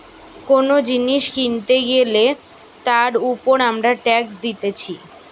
কোন জিনিস কিনতে গ্যালে তার উপর আমরা ট্যাক্স দিতেছি